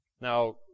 Now